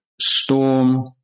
storm